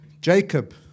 Jacob